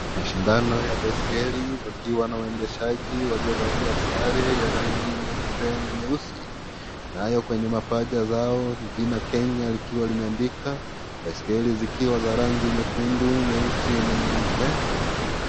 Mashindano ya baiskeli pakiwa na waendeshaji waliovalia sare za rangi nyeupe na nyeusi nayo kwenye mapaja zao jina Kenya likiwa limeandikwa, baiskeli zikiwa za rangi nyekundu, nyeusi na nyeupe.